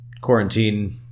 quarantine